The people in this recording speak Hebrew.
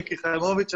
מיקי חיימוביץ'.